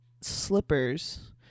slippers